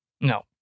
No